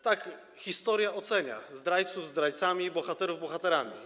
Tak, historia ocenia, nazywa zdrajców zdrajcami, bohaterów bohaterami.